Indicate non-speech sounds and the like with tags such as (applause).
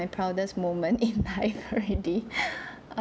proudest moment in (laughs) life already